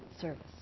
service